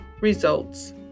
results